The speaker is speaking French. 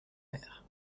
mer